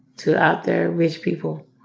to out there rich people.